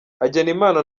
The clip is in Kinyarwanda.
hagenimana